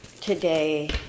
today